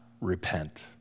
repent